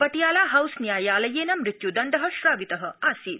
Patiala House न्यायालयेन मृत्युदण्ड श्रावित आसीत्